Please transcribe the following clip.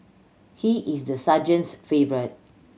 he is the sergeant's favourite